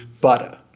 butter